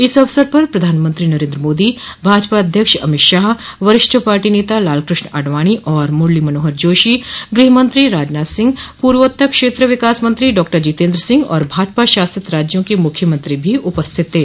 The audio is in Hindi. इस अवसर पर प्रधानमंत्री नरेन्द्र मोदी भाजपा अध्यक्ष अमित शाह वरिष्ठ पार्टी नेता लालकृष्ण आडवाणी और मुरली मनोहर जोशी गृहमंत्री राजनाथ सिंह पूर्वोत्तर क्षेत्र विकास मंत्री डॉ जितेन्द्र सिंह और भाजपा शासित राज्यों के मुख्यमंत्री भी उपस्थित थे